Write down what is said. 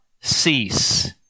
cease